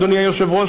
אדוני היושב-ראש,